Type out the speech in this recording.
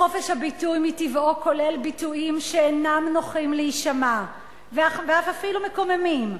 חופש הביטוי מטבעו כולל ביטויים שאינם נוחים להישמע ואף מקוממים,